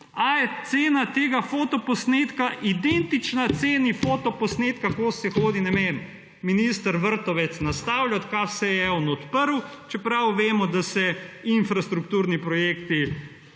A je cena tega fotoposnetka identična ceni fotoposnetka, ko se hodi, ne vem, minister Vrtovec nastavljat, kaj vse je on odprl, čeprav vemo, da se infrastrukturni projekti